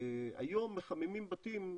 היום מחממים בתים,